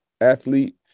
athlete